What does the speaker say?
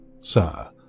Sir